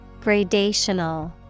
Gradational